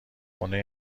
خونه